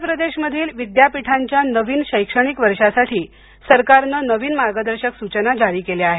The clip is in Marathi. उत्तर प्रदेशमधील विद्यापीठांच्या नवीन शैक्षणिक वर्षासाठी सरकारन नवीन मार्गदर्शक सुचना जारी केल्या आहेत